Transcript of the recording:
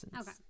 Okay